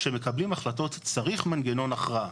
כשמקבלים החלטות צריך מנגנון הכרעה.